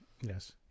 yes